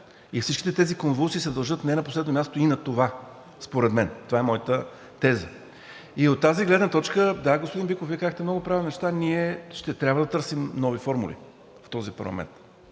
И всичките тези конвулсии се дължат не на последно място и на това, според мен. Това е моята теза. И от тази гледна точка, да, господин Биков, Вие казахте много правилни неща. Ние ще трябва да търсим нови формули в този парламент